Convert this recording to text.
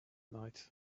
night